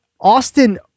Austin